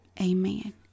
Amen